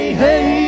hey